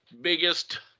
biggest